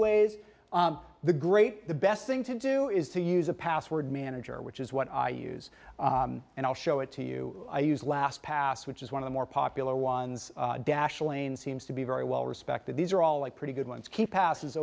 ways the great the best thing to do is to use a password manager which is what i use and i'll show it to you i use last pass which is one of the more popular ones dash lane seems to be very well respected these are all like pretty good ones keep passes